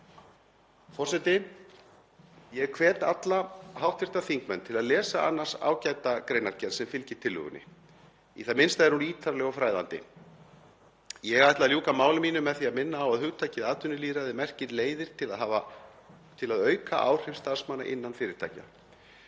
Forseti. Ég hvet alla hv. þingmenn til að lesa annars ágæta greinargerð sem fylgir tillögunni. Í það minnsta er hún ítarleg og fræðandi. Ég ætla að ljúka máli mínu með því að minna á að hugtakið atvinnulýðræði merkir leiðir til að auka áhrif starfsmanna innan fyrirtækja.